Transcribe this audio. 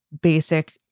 basic